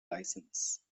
license